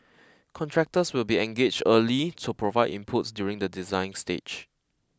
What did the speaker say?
contractors will be engaged early to provide inputs during the design stage